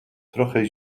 trochę